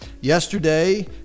yesterday